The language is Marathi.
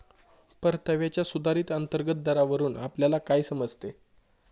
परताव्याच्या सुधारित अंतर्गत दरावरून आपल्याला काय समजते?